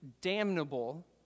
damnable